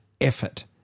effort